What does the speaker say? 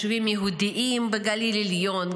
ישובים יהודיים בגליל עליון,